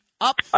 up